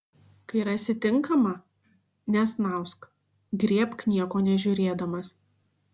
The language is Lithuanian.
kai rasi tinkamą nesnausk griebk nieko nežiūrėdamas